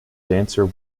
dancer